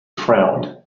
frowned